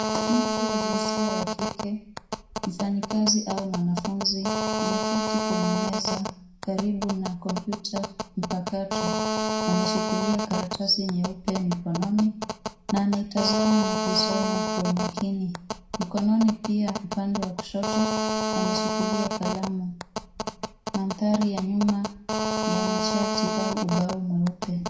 Mtu wa jinsia ya kike, mfanyakazi au mwanafunzi anaketi kwenye meza karibu na kompyuta mpakato. Ameshikilia karatasi nyeupe mikononi na anaitazama na kuisoma kwa umakini. Mkononi pia upande wa kushoto ameshikilia kalamu. Mandhari ya nyuma yana chati au ubao mweupe.